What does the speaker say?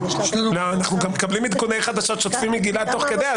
אנחנו גם מקבלים עדכוני חדשות שוטפים מגלעד תוך כדי,